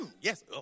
Yes